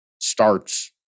starts